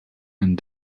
and